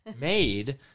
made